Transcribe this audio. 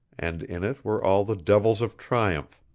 and in it were all the devils of triumph,